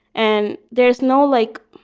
and there's no, like,